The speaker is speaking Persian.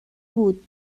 بود